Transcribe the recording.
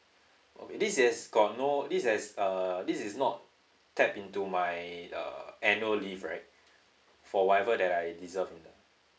oh this is got no this is as err this is not tap into my err annual leave right for whatever that I deserve in the